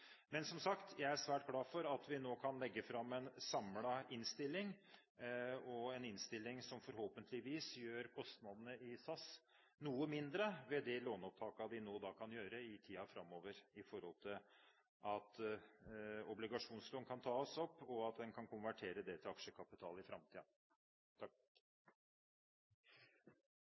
Som sagt, jeg er svært glad for at vi nå kan legge fram en samlet innstilling, som forhåpentligvis gjør kostnadene i SAS noe mindre ved de låneopptakene man nå kan gjøre i tiden framover, at obligasjonslån kan tas opp, og at en kan konvertere det til aksjekapital i